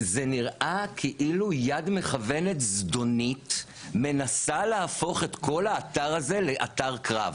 זה נראה כאילו יד מכוונת זדונית מנסה להפוך את כל האתר הזה לאתר קרב.